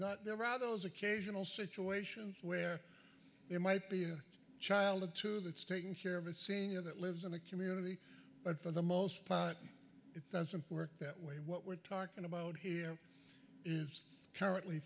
not there rather those occasional situations where there might be a child or two that's taking care of a senior that lives in the community but for the most part it doesn't work that way what we're talking about here is currently